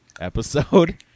episode